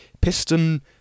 Piston